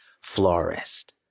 florist